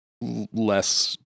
less